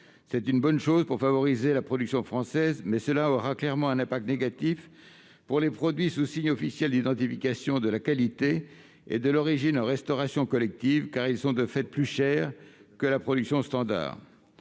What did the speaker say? C'est une bonne chose pour favoriser la production française, mais cela aura clairement un impact négatif pour les produits sous signes officiels d'identification de la qualité et de l'origine dans la restauration collective, car ils sont de fait plus chers que la production standard.